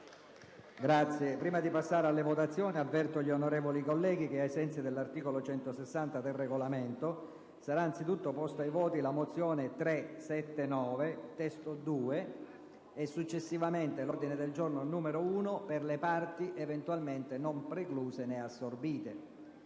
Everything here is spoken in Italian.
Prima di passare alle votazioni, avverto gli onorevoli colleghi che, ai sensi dell'articolo 160 del Regolamento, sarà anzitutto posta ai voti la mozione n. 379 (testo 2) e successivamente l'ordine del giorno G1 per le parti eventualmente non precluse né assorbite.